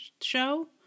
show